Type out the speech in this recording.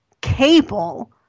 Cable